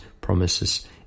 promises